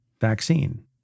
vaccine